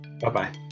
Bye-bye